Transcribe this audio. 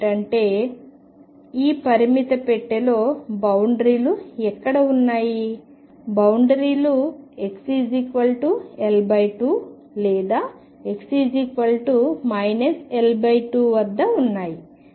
అంటే ఈ పరిమిత పెట్టెలో బౌండరీలు ఎక్కడ ఉన్నాయి బౌండరీలు xL2 లేదా x L2 వద్ద ఉన్నాయి